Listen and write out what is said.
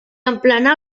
emplenar